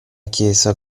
chiesa